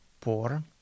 por